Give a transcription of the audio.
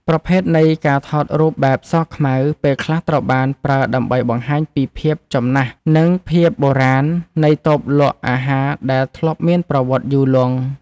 ប្រភេទនៃការថតរូបបែបសខ្មៅ ពេលខ្លះត្រូវបានប្រើដើម្បីបង្ហាញពីភាពចំណាស់ និងភាពបុរាណនៃតូបលក់អាហារដែលធ្លាប់មានប្រវត្តិយូរលង់។